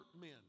men